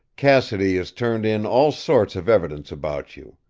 cassidy has turned in all sorts of evidence about you.